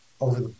over